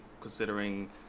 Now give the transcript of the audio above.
considering